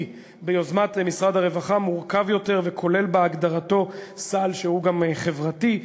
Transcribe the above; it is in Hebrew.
ביוזמת משרד הרווחה מורכב יותר וכולל בהגדרתו סל שהוא גם חברתי.